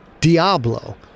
Diablo